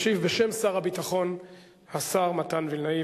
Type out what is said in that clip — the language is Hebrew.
ישיב בשם שר הביטחון השר מתן וילנאי.